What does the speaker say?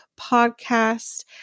Podcast